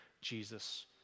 Jesus